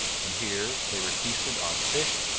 and here they were feasted on fish,